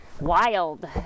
wild